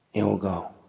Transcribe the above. you will go.